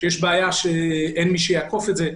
שיש בעיה שאין מי שיאכוף את זה.